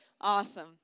Awesome